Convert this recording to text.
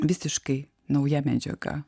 visiškai nauja medžiaga